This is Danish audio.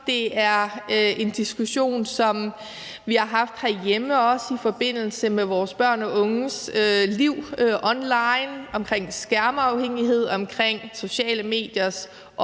Det er en diskussion, som vi har haft herhjemme, også i forbindelse med vores børn og unges liv online, skærmafhængighed, sociale mediers opbygning,